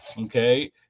okay